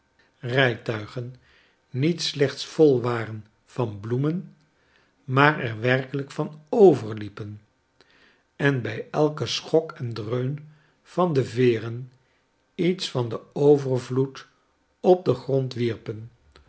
rijtuigen niet slechts vol waren van bloemen maar er werkelijk van overliepen en bij elken schok en dreun van de veeren lets van den overvloed op den grond wierpen